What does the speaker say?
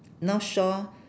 north shore